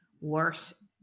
worse